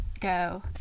go